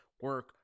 Work